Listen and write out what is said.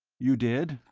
you did.